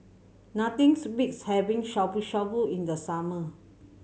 nothings beats having Shabu Shabu in the summer